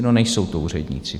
No, nejsou to úředníci.